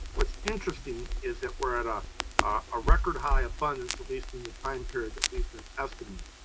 what's interesting is that we're at a ah record high abundance, at least in the time period that we've been estimating,